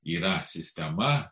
yra sistema